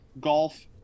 golf